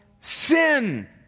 sin